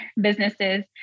businesses